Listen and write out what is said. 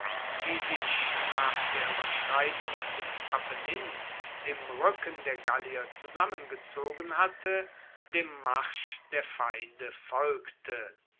die sich nach der ueberschreitung des apennin im ruecken der gallier zusammengezogen hatte dem marsch der feinde folgte